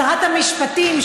שרת המשפטים,